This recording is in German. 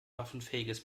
waffenfähiges